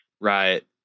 Right